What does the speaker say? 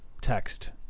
text